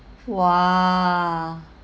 !wah!